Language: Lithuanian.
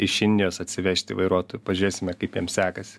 iš indijos atsivežti vairuotojų pažiūrėsime kaip jiem sekasi